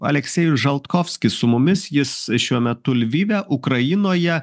aleksėjus žaltkofskis su mumis jis šiuo metu lvyve ukrainoje